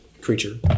creature